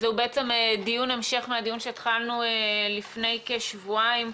זה דיון המשך מהדיון שהתחלנו לפני כשבועיים.